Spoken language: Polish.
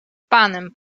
panem